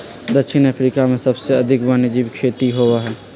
दक्षिण अफ्रीका में सबसे अधिक वन्यजीव खेती होबा हई